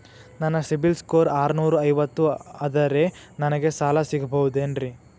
ನನ್ನ ಸಿಬಿಲ್ ಸ್ಕೋರ್ ಆರನೂರ ಐವತ್ತು ಅದರೇ ನನಗೆ ಸಾಲ ಸಿಗಬಹುದೇನ್ರಿ?